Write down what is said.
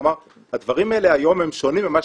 כלומר הדברים האלה היום הם שונים ממה